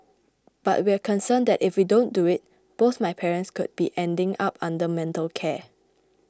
but we're concerned that if we don't do it both my parents could be ending up under mental care